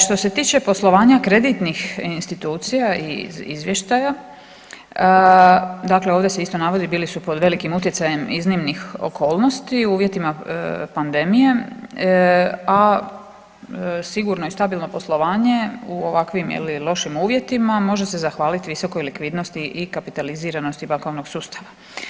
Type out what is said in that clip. Što se tiče poslovanja kreditnih institucija i izvještaja, dakle ovdje se isto navodi, bili su pod velikim utjecajem iznimnih okolnosti, uvjetima pandemije, a sigurno i stabilno poslovanje u ovakvim, je li, lošim uvjetima, može se zahvaliti visokoj likvidnosti i kapitaliziranosti bankovnog sustava.